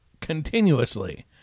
continuously